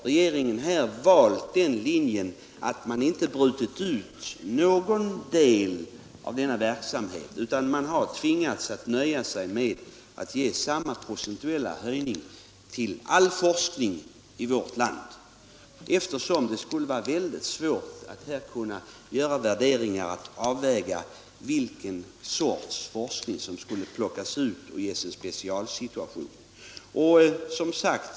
Regeringen har därför valt linjen att inte bryta ut någon del av verksamheten utan ge samma procentuella höjning till all forskning i vårt land. Det skulle vara mycket svårt att avgöra vilket slags forskning som skall plockas ut och ges en specialsituation.